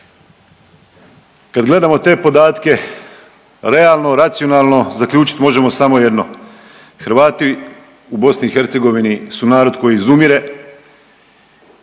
Kad gledamo te podatke realno, racionalno zaključiti možemo samo jedno Hrvati u BiH su narod koji izumire.